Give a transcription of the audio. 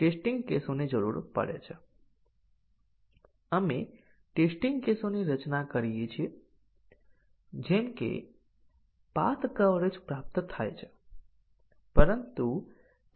આપણે જોયું હતું કે બેઝીક કન્ડીશન નું કવરેજ એક છે જ્યાં દરેક કોમ્પોનન્ટ કન્ડીશનએ સાચા અને ખોટા મૂલ્યો ધારણ કરવા જોઈએ